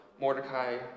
Mordecai